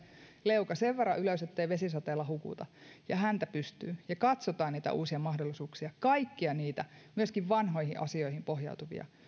leuka sen verran ylös ettei vesisateella hukuta ja häntä pystyyn ja katsotaan niitä uusia mahdollisuuksia kaikkia niitä myöskin vanhoihin asioihin pohjautuvia